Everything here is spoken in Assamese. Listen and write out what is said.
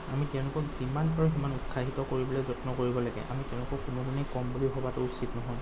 আমি তেওঁলোকক যিমান পাৰোঁ সিমান উৎসাহিত কৰিবলৈ যত্ন কৰিব লাগে আমি তেওঁলোকক কোনো গুণেই কম বুলি ভবাটো উচিত নহয়